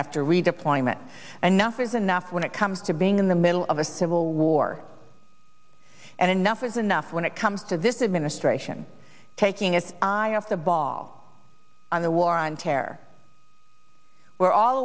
nothing's enough when it comes to being in the middle of a civil war and enough is enough when it comes to this administration taking its eye off the ball on the war on terror we're all